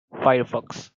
firefox